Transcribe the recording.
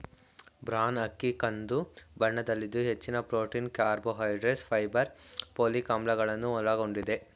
bran ಅಕ್ಕಿ ಕಂದು ಬಣ್ಣದಲ್ಲಿದ್ದು ಹೆಚ್ಚಿನ ಪ್ರೊಟೀನ್, ಕಾರ್ಬೋಹೈಡ್ರೇಟ್ಸ್, ಫೈಬರ್, ಪೋಲಿಕ್ ಆಮ್ಲಗಳನ್ನು ಒಳಗೊಂಡಿದೆ